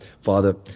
Father